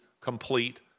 complete